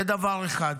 זה דבר אחד.